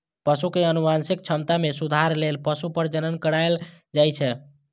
पशु के आनुवंशिक क्षमता मे सुधार लेल पशु प्रजनन कराएल जाइ छै